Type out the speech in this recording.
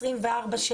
24/7,